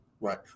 Right